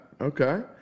okay